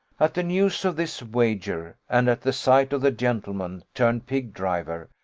at the news of this wager, and at the sight of the gentleman turned pig-driver,